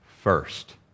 first